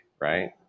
right